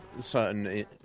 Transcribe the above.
certain